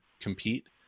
compete